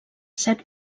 set